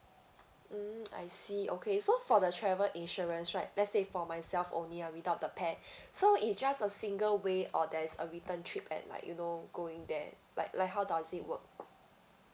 mm I see okay so for the travel insurance right let's say for myself only uh without the pet so it just a single way or there's a return trip at like you know going there like like how does it work